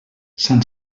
sant